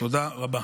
תודה רבה.